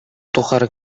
тухары